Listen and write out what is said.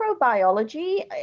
microbiology